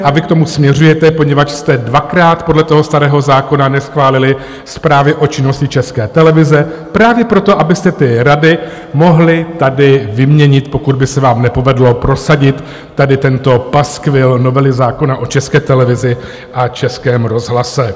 A vy k tomu směřujete, poněvadž jste dvakrát podle toho starého zákona neschválili zprávy o činnosti České televize právě proto, abyste ty rady mohli tady vyměnit, pokud by se vám nepovedlo prosadit tady tento paskvil novely zákona o České televizi a Českém rozhlase.